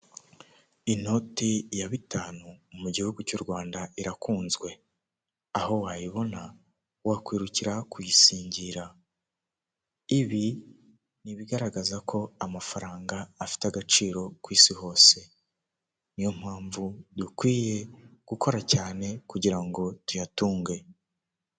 Inoti ya bitanu mu gihugu cy'u Rwanda irakunzwe; aho wayibona wakwirukira kuyisingira. Ibi ni ibigaragaza ko amafaranga afite agaciro ku isi hose. Ni yo mpamvu dukwiye gukora cyane kugira ngo tuyatunge.